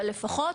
אבל לפחות,